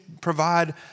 provide